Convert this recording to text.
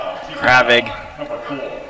Kravig